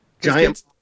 Giant